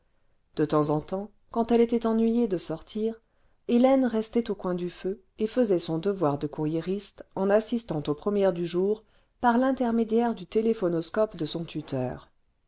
de temps en temps quand elle était ennuyée de sortir hélène restait au coin du feu et faisait son devoir de courriériste en assistant aux premières du jour par l'intermédiaire du téléphonoscope de son tuteur